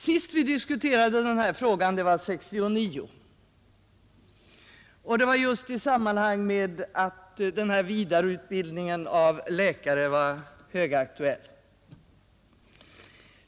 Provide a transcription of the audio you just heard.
Senast vi diskuterade den här frågan var 1969, och det var just i samband med att vidareutbildningen av läkare var högaktuell.